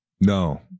No